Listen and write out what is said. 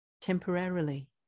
temporarily